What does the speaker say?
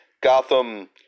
Gotham